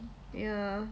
ya